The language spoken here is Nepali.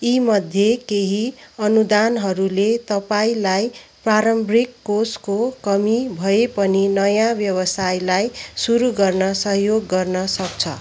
यी मध्ये केही अनुदानहरूले तपाईँँलाई प्रारम्भिक कोषको कमी भए पनि नयाँ व्यवसायलाई सुरु गर्न सहयोग गर्न सक्छ